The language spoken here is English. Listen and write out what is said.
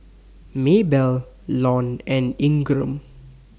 Maybell Lon and Ingram